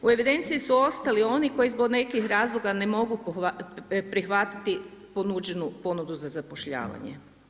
U evidenciji su ostali oni koji zbog nekih razloga ne mogu prihvatiti ponuđenu ponudu za zapošljavanje.